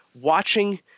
watching